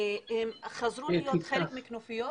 הם חזרו להיות חלק מכנופיות